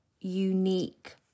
unique